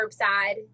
curbside